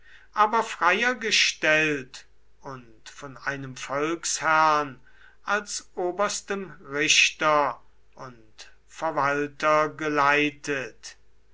aber freier gestellt und von einem volksherrn als oberstem richter und verwalter geleitet